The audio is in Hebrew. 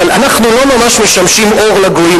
אבל אנחנו לא ממש משמשים אור לגויים,